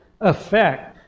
effect